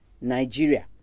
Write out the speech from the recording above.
nigeria